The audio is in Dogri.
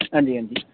आं जी आं जी